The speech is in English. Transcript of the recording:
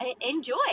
enjoy